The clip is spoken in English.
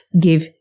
give